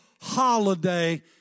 holiday